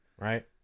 Right